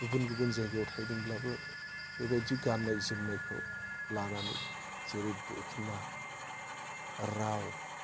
गुबुन गुबुन जायगायाव थाहैदोंब्लाबो बेबायदि गाननाय जोमनायखौ लानानै जेरै दख'ना राव